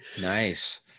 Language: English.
Nice